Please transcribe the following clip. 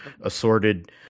assorted